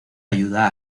ayuda